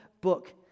book